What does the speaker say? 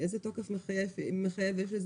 איזה תוקף מחייב יש?